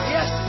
Yes